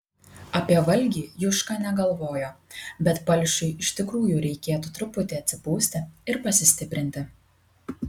apie valgį juška negalvojo bet palšiui iš tikrųjų reikėtų truputį atsipūsti ir pasistiprinti